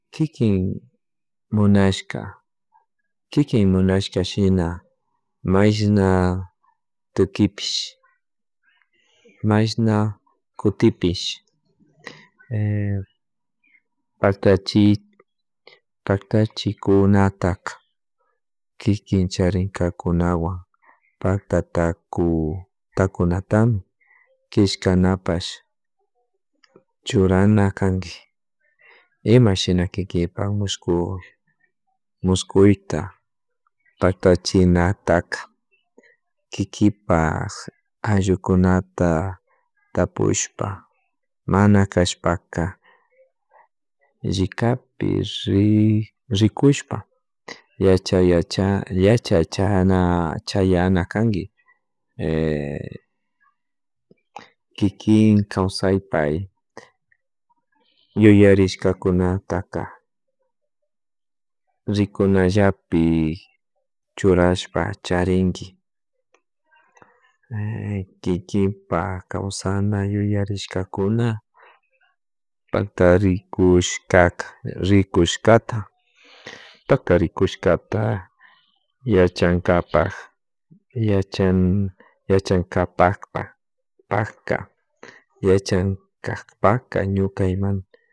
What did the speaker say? Kikin munashka, kikin munashka shina mashna tukispish, mashna kutipish paktachi. Paktachi kuna ataka kikin charinkakunapak pakta taku takunatan kishkanapash churana kanki. Imashina kipan mushkuk muskuita tatachinataka kikipak ayllukanata tapushpa mana kashpaka llikapik rikushpa yachay yachana chayana kanki kikin kawsaypay yuyarishka kunataka rikuna llapi churashpa charinki kikinpak kawsana yuyarishkakuna rikushkata paktari kushkata yachankapak yachan, yachankakpakpa pakka yachankakpa ñukaymanta